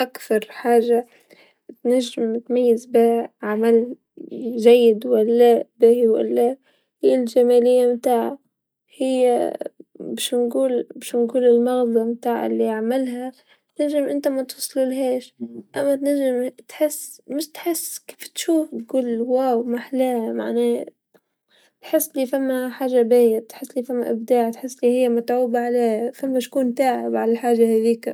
أكثر حاجه تنجم تميز بيها عمل جيد و لا باهي و لا للجامليه نتاعا هي بش نقول، بش نقول المغزى نتاع لعملها تنجم أنت متوصلهاس، أنت متنجم تحس موش تحس كيف تشوف تقول الواو محلاها تحس في فما حاجه باهيا، تحس في فما إبداع، تحسن في أنو متعوبه عليها، فما شكون تاعب على حاجه هذيكا.